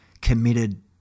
committed